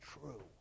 true